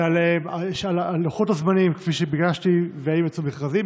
על לוחות הזמנים כפי שביקשתי, ואם יצאו מכרזים.